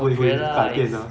okay lah is